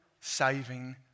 saving